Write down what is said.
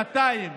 שנתיים